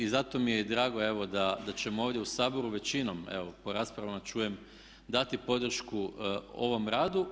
I zato mi je i drago evo da, da ćemo ovdje u Saboru većinom, evo po raspravama čujem dati podršku ovom radu.